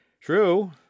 True